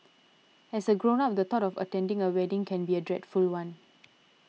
as a grown up the thought of attending a wedding can be a dreadful one